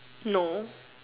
no